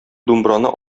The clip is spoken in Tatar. думбраны